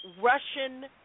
Russian